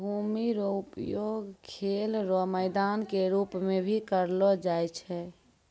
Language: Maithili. भूमि रो उपयोग खेल रो मैदान के रूप मे भी करलो जाय छै